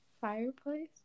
fireplace